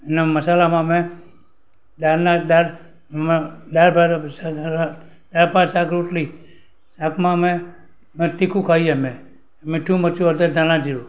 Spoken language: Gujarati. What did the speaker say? ને મસાલામાં અમે દાળના દાળ એમાં દાળ ભાત દાળ ભાત શાક રોટલી શાકમાં અમે ને તીખું ખાઈએ અમે મીઠું મરચું હળદર ધાણા જીરું